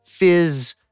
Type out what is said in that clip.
Fizz